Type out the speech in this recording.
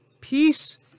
peace